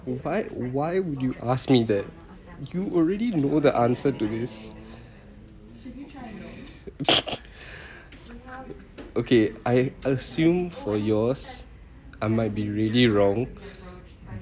faid why would you ask me that you already know the answer to this okay I assume for yours I might be really wrong